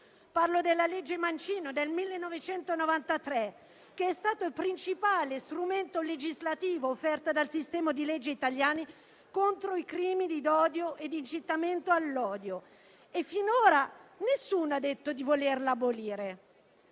Parlo della legge Mancino, del 1993, che è stato il principale strumento legislativo offerto dal sistema di leggi italiane contro i crimini d'odio e di incitamento all'odio e finora nessuno ha detto di volerla abolire.